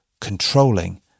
controlling